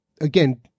again